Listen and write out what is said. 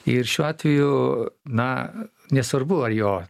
ir šiuo atveju na nesvarbu ar jo